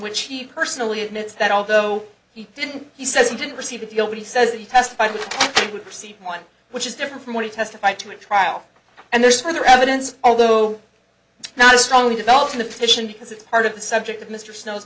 which he personally admits that although he did he says he didn't receive a deal but he says he testified which would receive one which is different from what he testified to a trial and there's further evidence although not a strongly developed in the petition because it's part of the subject of mr snow